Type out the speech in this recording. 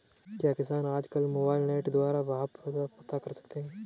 क्या किसान आज कल मोबाइल नेट के द्वारा भाव पता कर सकते हैं?